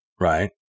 right